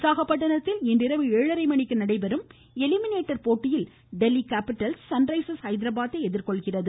விசாகப்பட்டினத்தில் இன்றிரவு ஏழரை மணிக்கு நடைபெறும் எலிமினேட்டர் போட்டியில் டெல்லி கேப்பிட்டல்ஸ் சன்ரைசா்ஸ் ஹைதராபாத்தை எதிா்கொள்கிறது